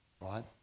right